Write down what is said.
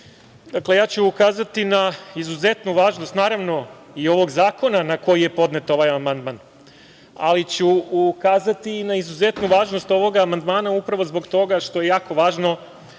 dakle, ja ću ukazati na izuzetnu važnost, naravno, i ovog zakona na koji je podnet ovaj amandman, ali ću ukazati na izuzetnu važnost ovog amandmana upravo zbog toga što je jako važno